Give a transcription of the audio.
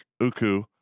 Uku